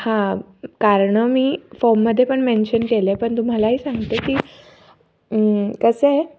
हां कारणं मी फॉर्ममध्ये पण मेन्शन केलं आहे पण तुम्हाला ही सांगते की कसं आहे